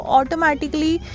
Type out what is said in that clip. automatically